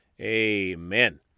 Amen